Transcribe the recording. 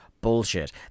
bullshit